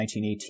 1918